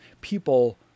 People